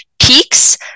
peaks